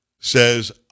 says